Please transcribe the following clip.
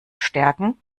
stärken